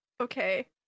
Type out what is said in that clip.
okay